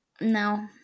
No